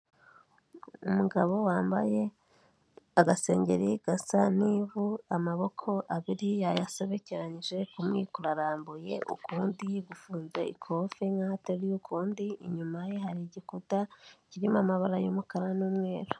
Umugabo wambaye agasengeri gasa n'ivu, amaboko abiri yayasobekeranyije, kumwe kurarambuye ukundi gufunze ikofe nk'aho ateruye ukundi, inyuma ye hari igikuta kirimo amabara y'umukara n'umweru.